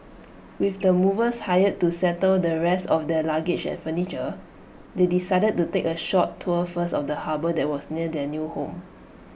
with the movers hired to settle the rest of their luggage and furniture they decided to take A short tour first of the harbour that was near their new home